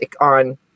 on